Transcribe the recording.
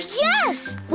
yes